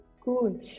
Cool